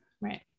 right